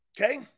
okay